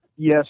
Yes